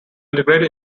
integrated